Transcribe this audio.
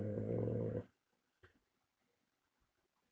err